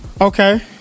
Okay